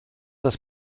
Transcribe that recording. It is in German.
das